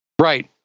Right